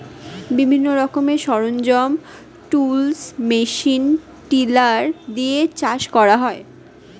বিভিন্ন রকমের সরঞ্জাম, টুলস, মেশিন টিলার দিয়ে চাষ করা হয়